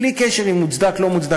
בלי קשר אם זה מוצדק או לא מוצדק,